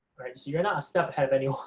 right, so you're not a step ahead of anyone.